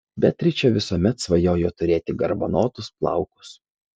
beatričė visuomet svajojo turėti garbanotus plaukus